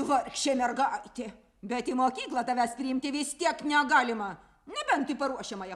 vargšė mergaitė bet į mokyklą tavęs priimti vis tiek negalima nebent į paruošiamąją